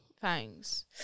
Thanks